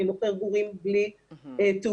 אני מוכר גורים בלי תעודות',